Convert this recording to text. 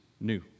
new